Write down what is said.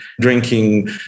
drinking